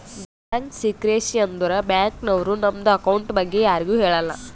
bank secrecy ಅಂದುರ್ bank ನವ್ರು ನಮ್ದು ಅಕೌಂಟ್ ಬಗ್ಗೆ ಯಾರಿಗು ಹೇಳಲ್ಲ